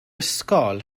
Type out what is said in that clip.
ysgol